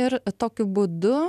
ir tokiu būdu